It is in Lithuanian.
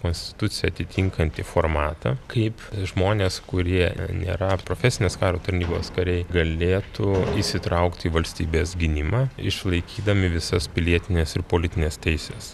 konstituciją atitinkantį formatą kaip žmonės kurie nėra profesinės karo tarnybos kariai galėtų įsitraukti į valstybės gynimą išlaikydami visas pilietines ir politines teises